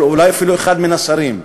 או אפילו אולי אחד מן השרים.